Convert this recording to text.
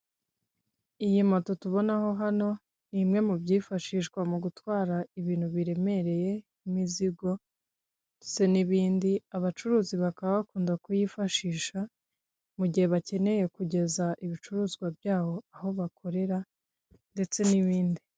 Iyi moto tubonaho hano, ni imwe mu byifashishwa mu gutwara ibintu biremereye, nk'imizigo ndetse n'ibindi ,abacuruzi bakaba bakunda kuyifashisha mu gihe bakeneye kugeza ibicuruzwa byabo aho bakorera, ndetse n'ibindi.